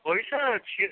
ପଇସା ସିଏ